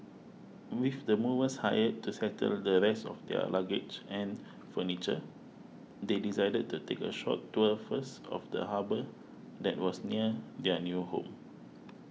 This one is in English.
with the movers hired to settle the rest of their luggage and furniture they decided to take a short tour first of the harbour that was near their new home